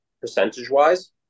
percentage-wise